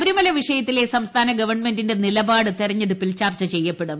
ശബരിമല വിഷയത്തിലെ സംസ്ഥാന ഗവൺമെന്റിന്റെ നിലപാട് തെരഞ്ഞെടുപ്പിൽ ചർച്ച ചെയ്യപ്പെടും